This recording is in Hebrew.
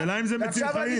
השאלה אם זה מציל חיים.